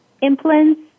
implants